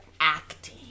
acting